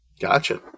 Gotcha